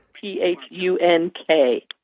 P-H-U-N-K—